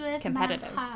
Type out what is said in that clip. competitive